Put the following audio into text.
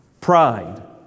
pride